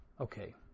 Okay